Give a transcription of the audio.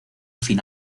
fin